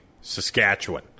Saskatchewan